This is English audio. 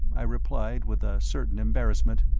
i replied with a certain embarrassment,